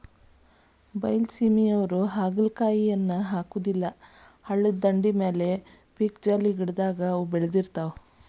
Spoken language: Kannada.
ಬೈಲಸೇಮಿಯವ್ರು ಹಾಗಲಕಾಯಿಯನ್ನಾ ಹಾಕುದಿಲ್ಲಾ ಹಳ್ಳದ ದಂಡಿ, ಪೇಕ್ಜಾಲಿ ಗಿಡದಾಗ ಅವ ಬೇಳದಿರ್ತಾವ